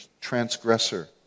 transgressor